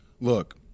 Look